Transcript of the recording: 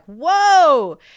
whoa